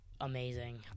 amazing